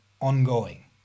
ongoing